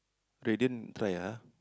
radiant try lah ah